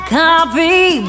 coffee